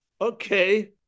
okay